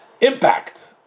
impact